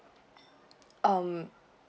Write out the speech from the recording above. um